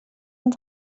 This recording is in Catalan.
amb